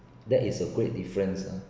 there is a great difference ah